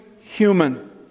human